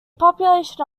population